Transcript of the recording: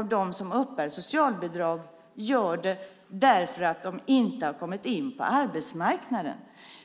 av dem som uppbär socialbidrag gör det därför att de inte har kommit in på arbetsmarknaden.